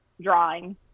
drawing